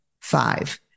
Five